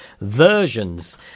versions